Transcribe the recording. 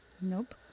Nope